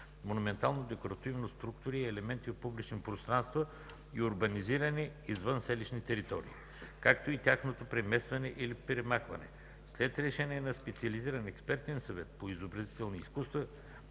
монументално-декоративни структури и елементи в публични пространства и урбанизирани извънселищни територии, както и тяхното преместване или премахване след решение на специализиран експертен съвет по изобразителни изкуства.